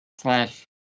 slash